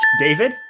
david